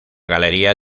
galería